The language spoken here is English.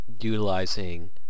utilizing